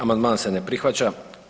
Amandman se ne prihvaća.